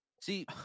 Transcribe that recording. See